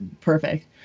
perfect